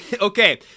Okay